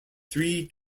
three